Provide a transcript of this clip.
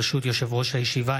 ברשות יושב-ראש הישיבה,